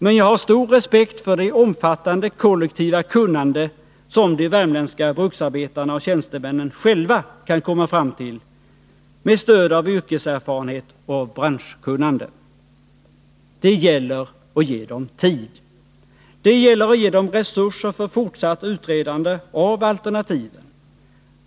Men jag har stor respekt för det omfattande, kollektiva kunnande som de värmländska bruksarbetarna och tjänstemännen har och de resultat de själva kan komma fram till med stöd av yrkeserfarenhet och branschkunnande. Det gäller att ge dem tid. Det gäller att ge dem resurser för fortsatt utredande av alternativen.